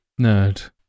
Nerd